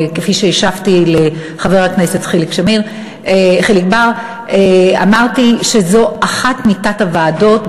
וכשהשבתי לחבר הכנסת חיליק בר אמרתי שזו אחת מתת-הוועדות.